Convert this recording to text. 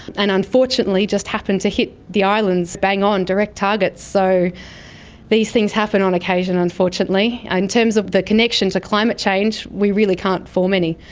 and unfortunately it just happened to hit the islands bang on, direct targets. so these things happen on occasion unfortunately. in terms of the connection to climate change, we really can't form any.